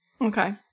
okay